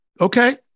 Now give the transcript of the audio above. okay